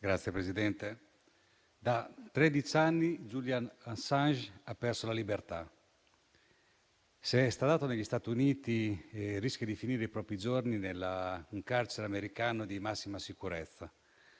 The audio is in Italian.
Signor Presidente, da tredici anni Julian Assange ha perso la libertà. Se estradato negli Stati Uniti, rischia di finire i propri giorni in un carcere americano di massima sicurezza.